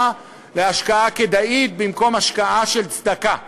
להשקעה כדאית במקום השקעה של צדקה,